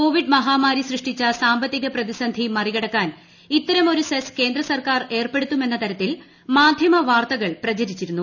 Covid മഹാമാരി സൃഷ്ടിച്ച സാമ്പത്തിക പ്രതിസന്ധി മറികടക്കാൻ ഇത്തരം ഒരു സെസ് കേന്ദ്രസർക്കാർ ഏർപ്പെടുത്തുമെന്ന തരത്തിൽ മാധ്യമവാർത്തകൾ പ്രചരിച്ചിരുന്നു